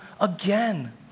again